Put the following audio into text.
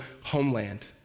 Homeland